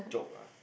chope ah